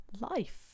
life